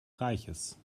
reiches